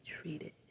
treated